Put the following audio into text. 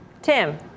Tim